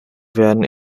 werden